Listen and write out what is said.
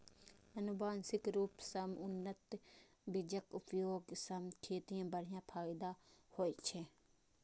आनुवंशिक रूप सं उन्नत बीजक उपयोग सं खेती मे बढ़िया फायदा होइ छै